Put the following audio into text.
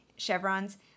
Chevrons